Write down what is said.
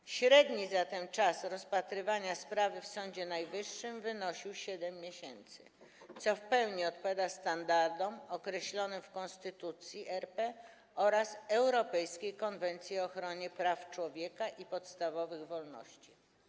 Zatem średni czas rozpatrywania sprawy w Sądzie Najwyższym wynosił 7 miesięcy, co w pełni odpowiada standardom określonym w Konstytucji RP oraz europejskiej Konwencji o ochronie praw człowieka i podstawowych wolności.